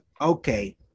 Okay